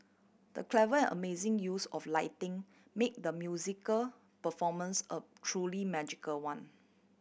the clever amazing use of lighting made the musical performance a truly magical one